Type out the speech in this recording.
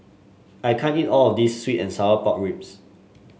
I can't eat all of this sweet and Sour Pork Ribs